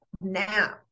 Now